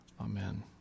amen